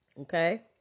Okay